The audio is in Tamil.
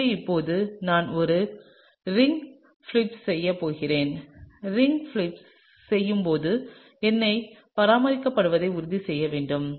எனவே இப்போது நான் ஒரு ரிங் ஃபிளிப் செய்யப் போகிறேன் ரிங் ஃபிளிப் செய்யும் போது எண்ணை பராமரிக்கப்படுவதை உறுதி செய்ய வேண்டும்